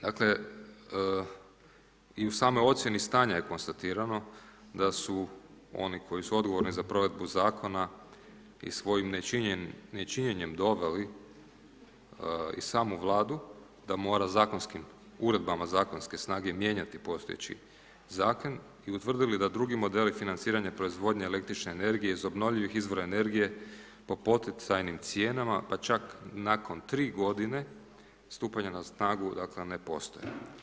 Dakle i u samoj ocjeni stanja je konstatirano da su oni koji su odgovorni za provedbu zakona i svojim nečinjenjem doveli i samu vladu da mora uredbama zakonske snage mijenjati postojeći zakon i utvrdili da drugi modeli financiranja proizvodnje električne energije iz obnovljivih izvora energije po poticajnim cijenama pa čak nakon 3 godine stupanja na snagu, dakle ne postoje.